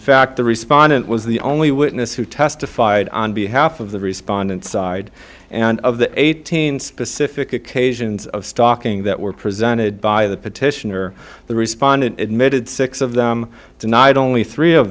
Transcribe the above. fact the respondent was the only witness who testified on behalf of the respondent side and of the eighteen specific occasions of stalking that were presented by the petitioner the respondent admitted six of them denied only three of